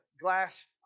glass